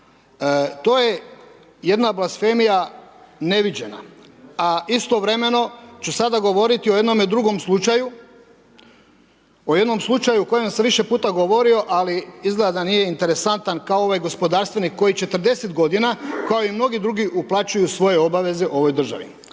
To je jedna blasfemija neviđena. A istovremeno ću sada govoriti o jednom drugom slučaju, o jednom slučaju o kojem sam više puta govorio, ali izgleda da nije interesantan kao ovaj gospodarstvenik koji 40 godina kao i mnogi drugi uplaćuju svoje obaveze ovoj državi.